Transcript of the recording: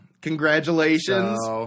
Congratulations